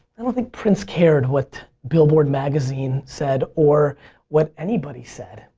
i don't think prince cared what billboard magazine said or what anybody said.